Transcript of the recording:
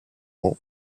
rang